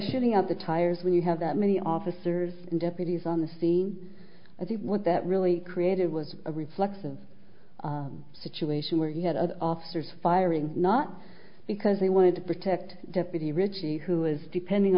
shooting up the tires when you have that many officers and deputies on the scene i think what that really created was a reflexive situation where you had officers firing not because they wanted to protect deputy richie who is depending